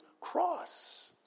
cross